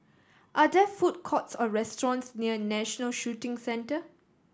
are there food courts or restaurants near National Shooting Centre